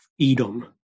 Edom